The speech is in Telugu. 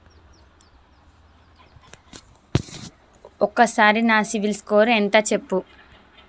ఒక్కసారి నా సిబిల్ స్కోర్ ఎంత చెప్పు?